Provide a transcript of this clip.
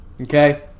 Okay